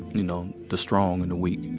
you know, the strong and the weak,